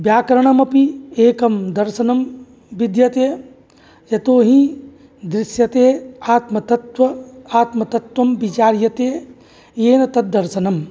व्याकरणामपि एकं दर्शनं विद्यते यतोहि दृश्यते आत्मतत्त्व आत्मतत्त्वम् विचार्यते येन तद्दर्शनं